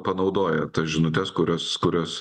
panaudoja tas žinutes kurias kurias